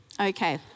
Okay